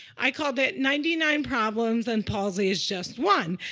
i called it ninety nine problems, and palsy is just one.